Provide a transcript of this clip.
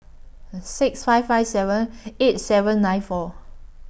six five five seven eight seven nine four